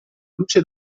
luce